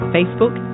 Facebook